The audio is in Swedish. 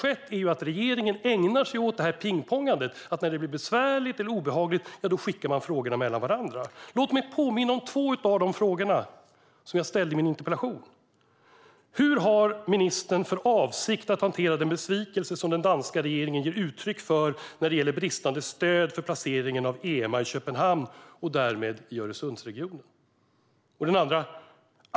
Men regeringen ägnar sig åt det här pingpongandet: När det blir besvärligt eller obehagligt skickar man frågorna mellan varandra. Låt mig påminna om två av de frågor jag ställde i min interpellation: Hur har ministern för avsikt att hantera den besvikelse som den danska regeringen ger uttryck för när det gäller bristande stöd för placeringen av EMA i Köpenhamn och därmed i Öresundsregionen?